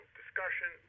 discussion